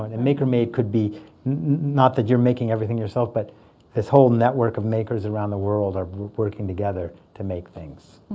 and and maker-made could be not that you're making everything yourself but this whole network of makers around the world are working together to make things.